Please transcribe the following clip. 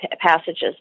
passages